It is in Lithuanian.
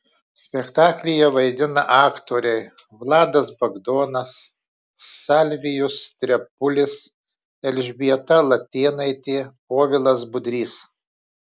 spektaklyje vaidina aktoriai vladas bagdonas salvijus trepulis elžbieta latėnaitė povilas budrys